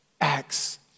acts